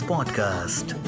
Podcast